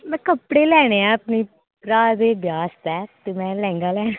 में कपड़े लैने अपने भ्राऽ दे ब्याह् आस्तै में लैंह्गा लैना ऐ